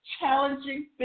challenging